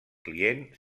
client